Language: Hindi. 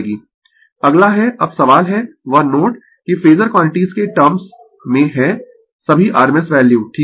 Refer Slide Time 1048 अगला है अब सवाल है वह नोट कि फेजर क्वांटिटीस के टर्म्स में है सभी rms वैल्यू ठीक है